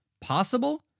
Possible